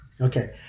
okay